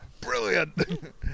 Brilliant